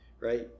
right